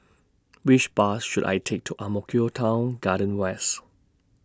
Which Bus should I Take to Ang Mo Kio Town Garden West